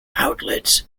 outlets